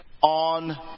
on